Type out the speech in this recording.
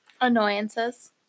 Annoyances